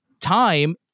time